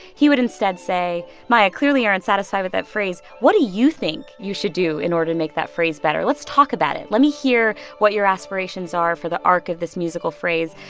he would instead say, maya, clearly, you're unsatisfied with that phrase. what do you think you should do in order to make that phrase better? let's talk about it. let me hear what your aspirations are for the arc of this musical phrase.